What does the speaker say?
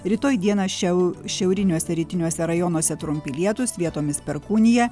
rytoj dieną šiau šiauriniuose rytiniuose rajonuose trumpi lietūs vietomis perkūnija